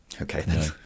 Okay